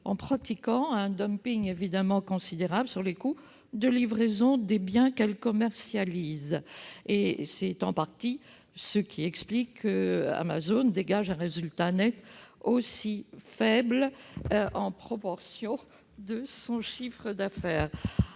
en pratiquant un dumping considérable sur les coûts de livraison des biens qu'elles commercialisent. C'est en partie ce qui explique qu'Amazon dégage un résultat net aussi faible en proportion de son chiffre d'affaires.